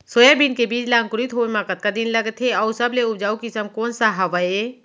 Soybean के बीज ला अंकुरित होय म कतका दिन लगथे, अऊ सबले उपजाऊ किसम कोन सा हवये?